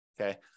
okay